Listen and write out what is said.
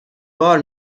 بار